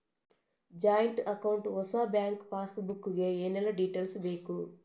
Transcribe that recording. Joint account ಹೊಸ bank passbook ಗೆ ಏನೆಲ್ಲ ಡೀಟೇಲ್ಸ್ ಬೇಕು?